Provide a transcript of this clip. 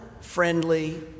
friendly